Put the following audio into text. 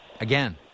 Again